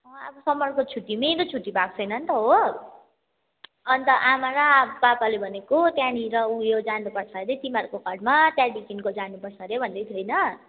अँ अब समरको छुट्टी नै त छुट्टी भएको छैन नि त हो अनि त आमा र आ पापाले भनेको त्यहीँनिर ऊ यो जानुपर्छ अरे तिमीहरूको घरमा त्यहाँदेखिन्को जानुपर्छ अरे भन्दैथियो होइन